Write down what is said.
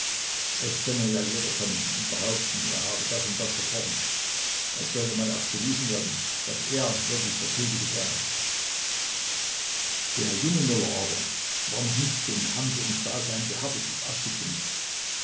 es könne ja jeder kommen und behaupten er habe das und das verbrochen es sollte mal erst bewiesen werden daß er wirklich der schuldige sei der junge möller aber war noch nicht so im kampfe ums dasein gehärtet und abgestumpft